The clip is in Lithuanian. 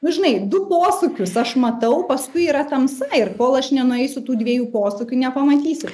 nu žinai du posūkius aš matau paskui yra tamsa ir kol aš nenueisiu tų dviejų posūkių nepamatysi